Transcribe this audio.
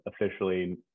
officially